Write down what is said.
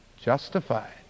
justified